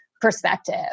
perspective